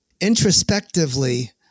introspectively